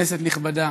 כנסת נכבדה,